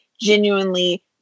genuinely